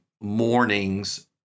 mornings